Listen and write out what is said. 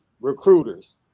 recruiters